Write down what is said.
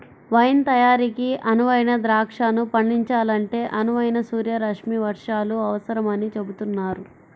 wine తయారీకి అనువైన ద్రాక్షను పండించాలంటే అనువైన సూర్యరశ్మి వర్షాలు అవసరమని చెబుతున్నారు